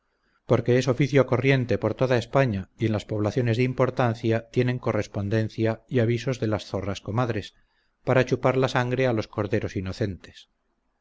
porque es oficio corriente por toda españa y en las poblaciones de importancia tienen correspondencia y avisos de las zorras comadres para chupar la sangre a los corderos inocentes